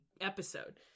episode